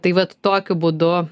tai vat tokiu būdu